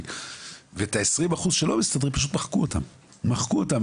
ואת ה-20% שלא מסתדרים פשוט מחקו אותם,